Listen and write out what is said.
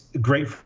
great